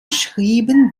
schrieben